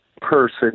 person